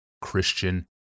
Christian